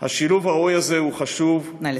השילוב הראוי הזה הוא חשוב, נא לסיים.